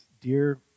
Dear